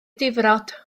difrod